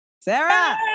Sarah